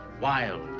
wild